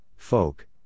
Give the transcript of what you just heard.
folk